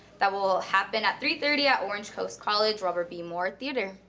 that will happen at three thirty at orange coast college, robert b. moore theater.